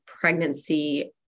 pregnancy